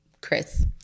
Chris